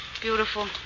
beautiful